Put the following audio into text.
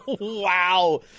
Wow